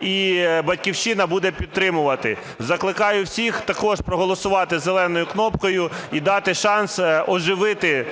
І "Батьківщина" буде підтримувати. Закликаю всіх також проголосувати зеленою кнопкою і дати шанс оживити